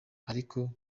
ariko